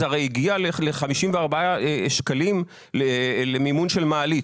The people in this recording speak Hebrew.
זה הרי הגיע ל-54 שקלים למימון של מעלית.